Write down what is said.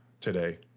today